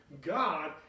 God